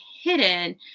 hidden